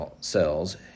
cells